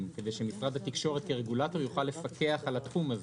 כדי שמשרד התקשורת כרגולטור יוכל לפקח על התחום הזה.